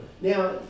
Now